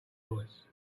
voice